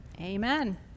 Amen